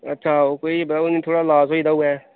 अच्छा ओह् कोई निं उ'नें थोह्ड़ा लास होई दा होऐ